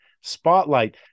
Spotlight